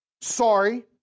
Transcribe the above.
sorry